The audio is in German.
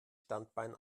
standbein